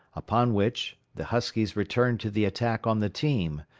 upon which the huskies returned to the attack on the team.